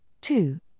two